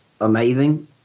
amazing